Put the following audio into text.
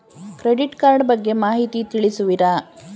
Credit card ಬಗ್ಗೆ ಮಾಹಿತಿ ತಿಳಿಸುವಿರಾ?